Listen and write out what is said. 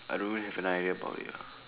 I don't really have an idea about it lah